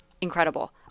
Incredible